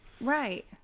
Right